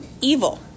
evil